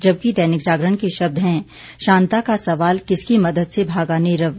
जबकि दैनिक जागरण के शब्द हैं शांता का सवाल किसकी मदद से भागा नीरव